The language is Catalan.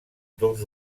dos